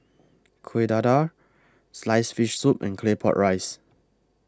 Kuih Dadar Sliced Fish Soup and Claypot Rice